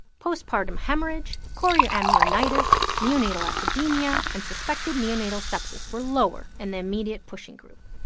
postpartum hemorrhage, chorioamnionitis, neonatal acidemia and suspected neonatal sepsis were lower in the immediate pushing group.